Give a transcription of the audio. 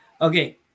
Okay